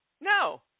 No